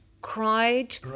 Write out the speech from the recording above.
cried